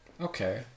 okay